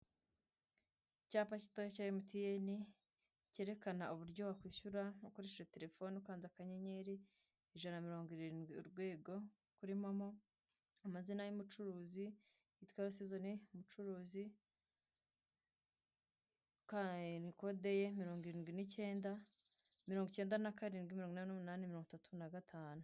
Icyapa gitoya cya Emutiyeni cyerekana uburyo wakwishyura, ukoresheje terefone ukanze akanyenyeri ijana na mirongo irindwi urwego kuri momo, amazina y'umucuruzi, umutwe wa sizoni umucuruzi; kode ye miringo cyenda na karindwi, mirongo inani n'umunani, mirongo itatu na gatanu.